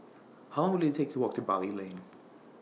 How Long Will IT Take to Walk to Bali Lane